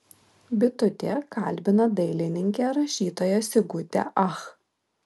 bitutė kalbina dailininkę rašytoją sigutę ach